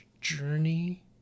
Journey